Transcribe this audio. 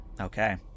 Okay